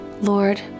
Lord